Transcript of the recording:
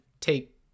take